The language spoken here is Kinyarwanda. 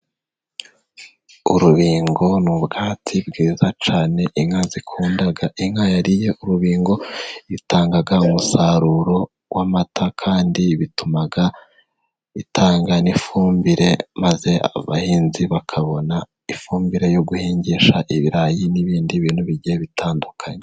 Urubingo ni ubwatsi bwiza cyane inka zikunda, inka yariye urubingo itanga umusaruro w'amata kandi bituma itanga n'ifumbire maze abahinzi bakabona ifumbire yo guhingisha ibirayi n'ibindi bintu bigiye bitandukanye.